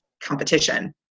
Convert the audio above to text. competition